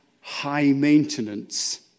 high-maintenance